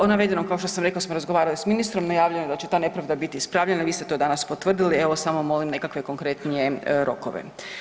O navedenom, kao što sam rekla, smo razgovarali s ministrom, najavljeno je da će ta nepravda biti ispravljena, vi ste to danas potvrdili, evo samo molim nekakve konkretnije rokove.